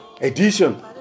edition